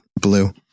blue